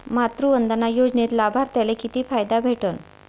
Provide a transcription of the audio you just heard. मातृवंदना योजनेत लाभार्थ्याले किती फायदा भेटन?